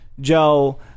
joe